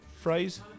phrase